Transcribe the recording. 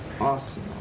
Awesome